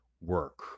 work